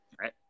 Right